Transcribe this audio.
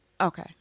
Okay